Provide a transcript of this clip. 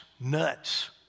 nuts